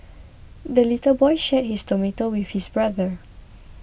the little boy shared his tomato with his brother